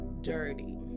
dirty